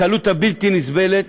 בקלות הבלתי-נסבלת